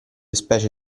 specie